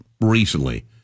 recently